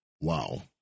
Wow